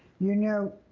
you know,